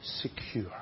secure